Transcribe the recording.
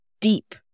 deep